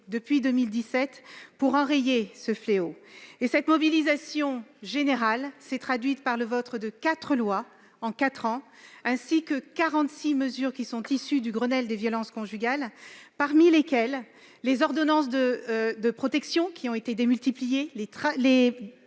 depuis 2017 pour enrayer ce fléau. Cette mobilisation générale s'est traduite par le vote de quatre lois en quatre ans et de quarante-six mesures issues du Grenelle des violences conjugales, parmi lesquelles les ordonnances de protection, qui ont été démultipliées,